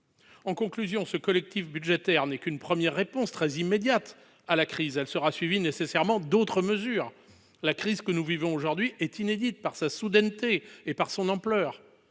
En conclusion, ce collectif budgétaire n'est qu'une première réponse, très immédiate, à la crise. Il sera suivi nécessairement d'autres mesures. La crise que nous vivons aujourd'hui est inédite par sa soudaineté et par son ampleur.